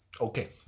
Okay